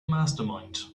mastermind